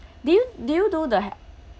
do you do you do the